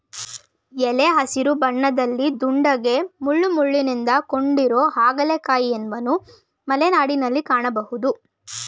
ಎಲೆ ಹಸಿರು ಬಣ್ಣದಲ್ಲಿ ದುಂಡಗೆ ಮುಳ್ಳುಮುಳ್ಳಿನಿಂದ ಕೂಡಿರೊ ಹಾಗಲಕಾಯಿಯನ್ವನು ಮಲೆನಾಡಲ್ಲಿ ಕಾಣ್ಬೋದು